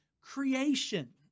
creation